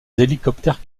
hélicoptères